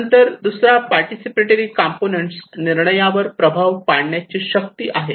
नंतर दुसरा participatory components निर्णयावर प्रभाव पाडण्याची शक्ती आहे